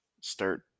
start